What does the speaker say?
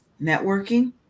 Networking